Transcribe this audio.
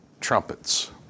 trumpets